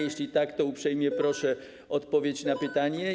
Jeśli tak, to uprzejmie proszę o odpowiedź na pytanie.